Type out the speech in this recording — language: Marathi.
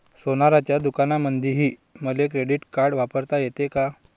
सोनाराच्या दुकानामंधीही मले क्रेडिट कार्ड वापरता येते का?